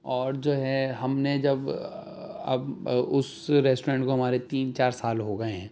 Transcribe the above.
اور جو ہے ہم نے جب اب اس ریسٹورنٹ کو ہمارے تین چار سال ہو گئے ہیں